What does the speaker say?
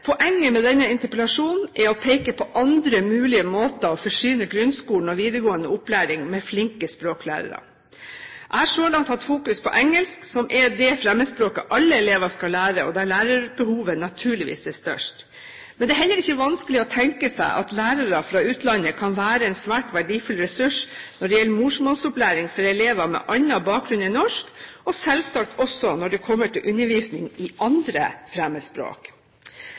Poenget med denne interpellasjonen er å peke på andre mulige måter å forsyne grunnskolen og videregående opplæring med flinke språklærere på. Jeg har så langt hatt fokus på engelsk, som er det fremmedspråket alle elever skal lære, og der lærerbehovet naturligvis er størst. Men det er heller ikke vanskelig å tenke seg at lærere fra utlandet kan være en svært verdifull ressurs når det gjelder morsmålsopplæring for elever med annen bakgrunn enn norsk – og selvsagt også når det kommer til undervisning i andre fremmedspråk.